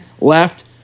left